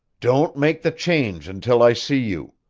don't make the change until i see you.